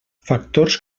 factors